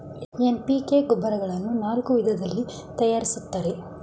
NPK ಗೊಬ್ಬರಗಳನ್ನು ನಾಲ್ಕು ವಿಧದಲ್ಲಿ ತರಯಾರಿಸ್ತರೆ